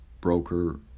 broker